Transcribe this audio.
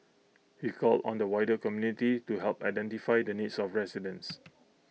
he called on the wider community to help identify the needs of residents